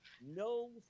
No